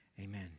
amen